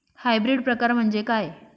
Hybrid प्रकार म्हणजे काय?